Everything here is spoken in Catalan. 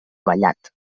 vallat